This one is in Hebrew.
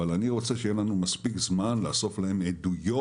אבל אני רוצה שיהיה לנו מספיק זמן לאסוף להם עדויות